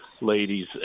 ladies